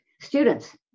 students